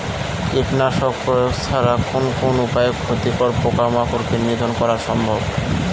কীটনাশক প্রয়োগ ছাড়া কোন কোন উপায়ে ক্ষতিকর পোকামাকড় কে নিধন করা সম্ভব?